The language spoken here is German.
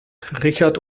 richard